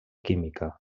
química